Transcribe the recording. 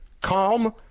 calm